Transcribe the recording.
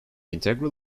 integral